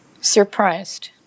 surprised